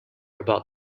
about